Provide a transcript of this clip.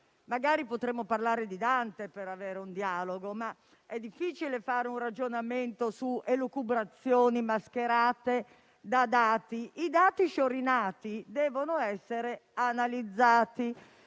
Magari potremmo parlare di Dante per avere un dialogo, ma è difficile fare un ragionamento su elucubrazioni mascherate da dati. I dati sciorinati devono essere analizzati